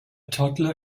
toddler